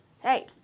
Hey